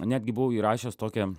netgi buvau įrašęs tokią